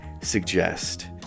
suggest